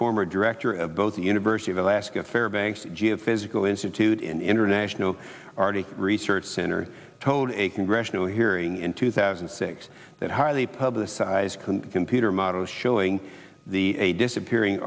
former director of both the university of alaska fairbanks geophysical institute in international r t research center told a congressional hearing in two thousand and six that highly publicized computer models showing the a disappearing